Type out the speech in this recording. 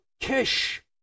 Kish